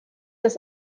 das